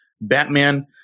Batman